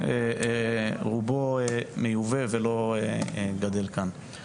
רובו מיובא ולא גדל כאן.